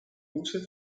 also